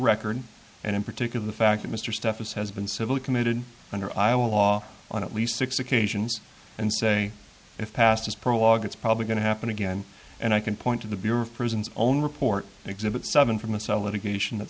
record and in particular the fact that mr stephens has been civil committed under iowa law on at least six occasions and say if past is prologue it's probably going to happen again and i can point to the bureau of prisons own report exhibit seven from a solid ignition that